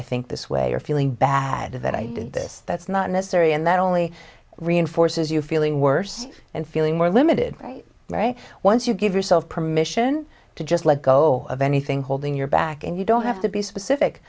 i think this way or feeling bad that i did this that's not necessary and that only reinforces you feeling worse and feeling more limited right right once you give yourself permission to just let go of anything holding your back and you don't have to be specific